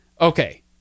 Okay